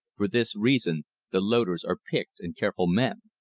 for this reason the loaders are picked and careful men.